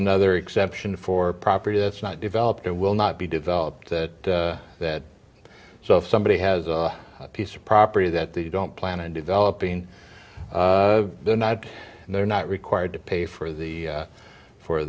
another exception for property that's not developed or will not be developed that that so if somebody has a piece of property that they don't plan in developing they're not they're not required to pay for the